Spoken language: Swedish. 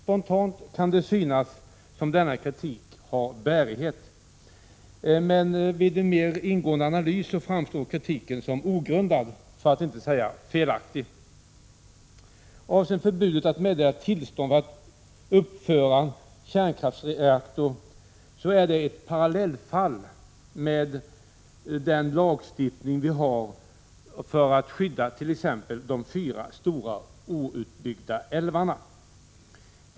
Spontant kan det synas som om denna kritik har bärighet, men vid en mer ingående analys framstår kritiken som ogrundad, för att inte säga felaktig. Förbudet att meddela tillstånd för uppförande av kärnkraftsreaktor är ett parallellfall till den lagstiftning vi har för att skydda t.ex. de fyra stora outbyggda älvarna.